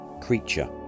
creature